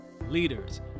leaders